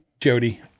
Jody